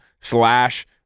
slash